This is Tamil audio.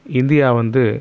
இந்தியா வந்து